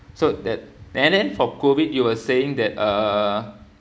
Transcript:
so that and then for COVID you were saying that uh